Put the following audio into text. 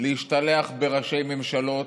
להשתלחות בראשי ממשלות,